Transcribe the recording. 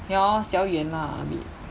ya lor 小远 lah a bit